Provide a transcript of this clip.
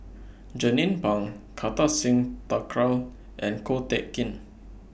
Jernnine Pang Kartar Singh Thakral and Ko Teck Kin